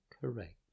correct